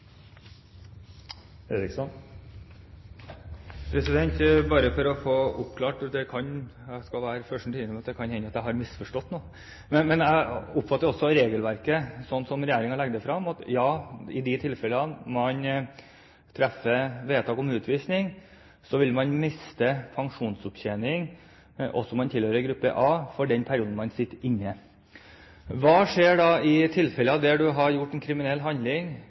å få oppklart det, og jeg skal være den første til å innrømme at det kan hende at jeg har misforstått noe: Jeg oppfatter altså regelverket, slik regjeringen legger det frem, at i de tilfeller der man treffer vedtak om utvisning, vil man miste pensjonsopptjening, også om man tilhører gruppe A, for den perioden man sitter inne. Hva skjer da i tilfeller der man har gjort en kriminell handling,